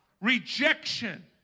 rejection